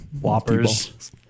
whoppers